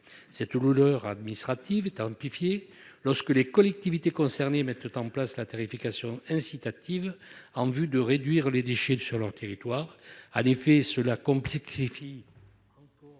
Cette lourdeur administrative est amplifiée, lorsque les collectivités concernées mettent en place la tarification incitative en vue de réduire les déchets sur leur territoire. En effet, cela complexifie encore